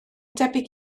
debyg